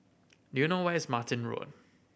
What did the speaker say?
do you know where is Martin Road